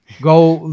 Go